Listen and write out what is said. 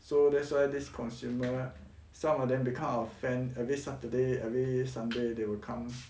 so that's why this consumer some of them become our fan every saturday every sunday they will come